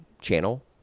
channel